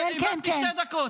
איבדתי שתי דקות.